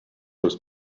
was